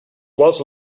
quals